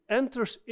enters